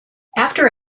after